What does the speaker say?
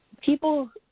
People